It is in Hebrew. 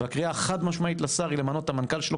והקריאה החד משמעית לשר היא למנות את המנכ"ל שלו